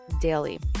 daily